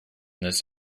this